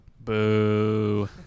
Boo